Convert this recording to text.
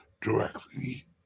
directly